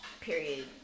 Period